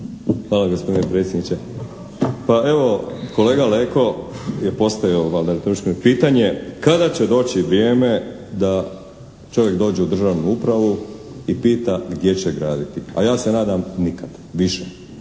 Hvala gospodine predsjedniče. Pa evo, kolega Leko je postavio valjda retorično pitanje, kada će doći vrijeme da čovjek dođe u državnu upravu i pita gdje će graditi, a ja se nadam nikad više.